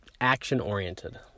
action-oriented